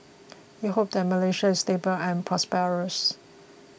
we hope that Malaysia is stable and prosperous